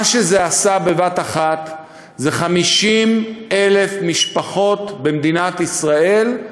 מה שזה עשה, בבת-אחת 50,000 משפחות במדינת ישראל,